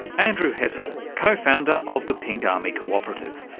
andrew hessel, co-founder of the pink army cooperative.